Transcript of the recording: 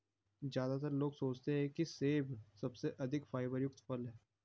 ज्यादातर लोग सोचते हैं कि सेब सबसे अधिक फाइबर युक्त फल है